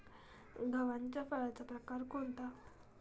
गव्हाच्या फळाचा प्रकार कोणता?